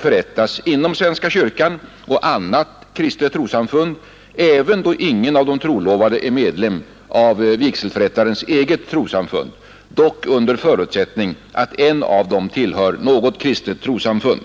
förrättas inom svenska kyrkan och annat kristet trossamfund även då ingen av de trolovade är medlem av vigselförrättarens eget trossamfund, dock under förutsättning att en av dem tillhör något kristet trossamfund.